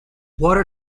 water